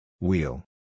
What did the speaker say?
Wheel